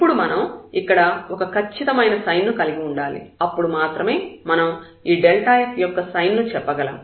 ఇప్పుడు మనం ఇక్కడ ఒక ఖచ్చితమైన సైన్ ను కలిగి ఉండాలి అప్పుడు మాత్రమే మనం ఈ f యొక్క సైన్ ను చెప్పగలం